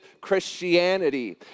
Christianity